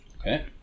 Okay